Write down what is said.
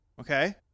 Okay